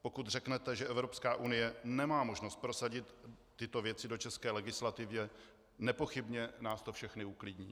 Pokud řeknete, že Evropská unie nemá možnost prosadit tyto věci do české legislativy, nepochybně nás to všechny uklidní.